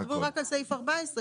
אנחנו מדברים רק על סעיף 14,